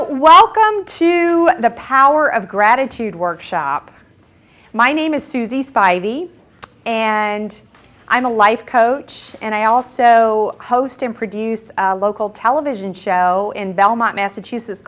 while come to the power of gratitude workshop my name is susie's fyvie and i'm a life coach and i also host and produce a local television show in belmont massachusetts